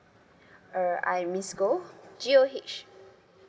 uh I miss goh G_O_H